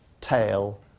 tail